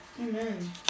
Amen